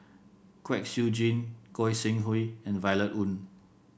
Kwek Siew Jin Goi Seng Hui and Violet Oon